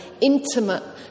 intimate